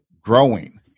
growing